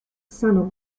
sanno